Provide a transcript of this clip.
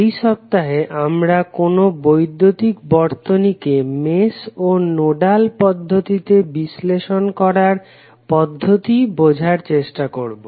এই সপ্তাহে আমরা কোনো বৈদ্যুতিক বর্তনীকে মেশ ও নোডাল পদ্ধতিতে বিশ্লেষণ করার পদ্ধতি বোঝার চেষ্টা করবো